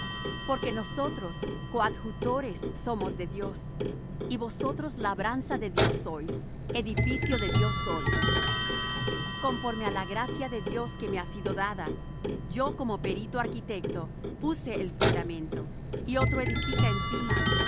porque nosotros coadjutores somos de dios y vosotros labranza de dios sois edificio de dios sois conforme á la gracia de dios que me ha sido dada yo como perito arquitecto puse el fundamento y otro edifica encima